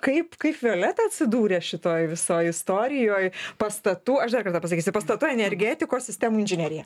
kaip kaip violeta atsidūrė šitoj visoj istorijoj pastatų aš dar kartą pasakysiu pastatų energetikos sistemų inžinerija